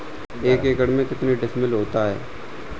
एक एकड़ में कितने डिसमिल होता है?